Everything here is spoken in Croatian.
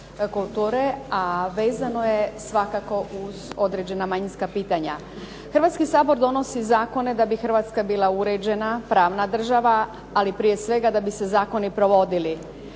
kulture a vezano je svakako uz određena manjinska pitanja. Hrvatski sabor donosi zakone da bi Hrvatska bila uređena pravna država ali prije svega da bi se zakoni provodili.